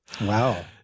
Wow